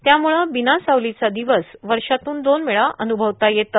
त्यामुळे बिना सावलीचा दिवस वर्षातून दोन वेळा अनुभवता येतो